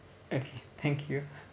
okay thank you